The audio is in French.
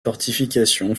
fortification